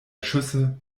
schüsse